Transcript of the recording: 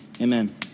Amen